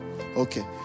okay